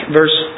verse